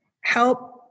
help